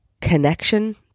connection